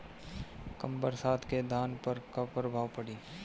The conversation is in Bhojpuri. कम बरसात के धान पर का प्रभाव पड़ी?